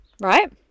right